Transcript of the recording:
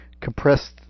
compressed